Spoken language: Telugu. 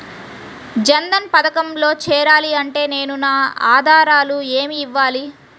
జన్ధన్ పథకంలో చేరాలి అంటే నేను నా ఆధారాలు ఏమి ఇవ్వాలి?